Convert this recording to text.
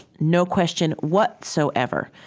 no question whatsoever,